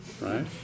right